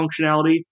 functionality